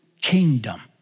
kingdom